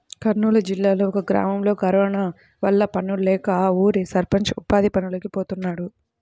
కర్నూలు జిల్లాలో ఒక గ్రామంలో కరోనా వల్ల పనుల్లేక ఆ ఊరి సర్పంచ్ ఉపాధి పనులకి పోతున్నాడు